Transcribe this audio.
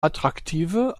attraktive